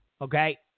okay